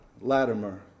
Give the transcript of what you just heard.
Latimer